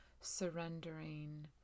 surrendering